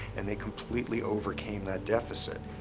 and they completely overcame that deficit.